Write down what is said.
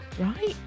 right